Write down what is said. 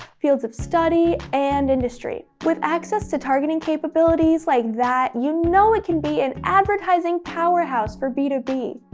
fields of study, and industry. with access to targeting capabilities like that, you know it can be an advertising powerhouse for b two b.